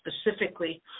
specifically